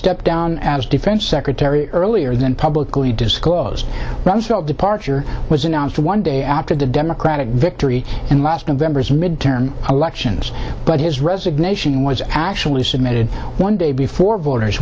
defense secretary earlier than publicly disclosed rumsfeld departure was announced one day after the democratic victory and last november's midterm elections but his resignation was actually submitted one day before voters